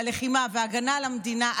הלחימה וההגנה על המדינה,